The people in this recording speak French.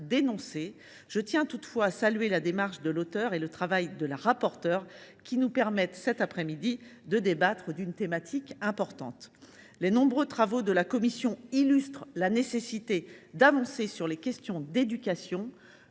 Je tiens toutefois à saluer la démarche de l’auteure et le travail de la rapporteure, qui nous permettent de débattre d’une thématique importante. Les nombreux travaux de la commission illustrent la nécessité d’avancer sur les questions d’éducation.